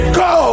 go